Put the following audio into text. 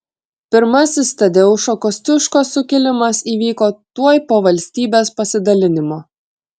pirmasis tadeušo kosciuškos sukilimas įvyko tuoj po valstybės pasidalinimo